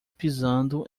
pisando